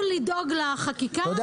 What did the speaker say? אז תנו לנו לדאוג לחקיקה --- אתה יודע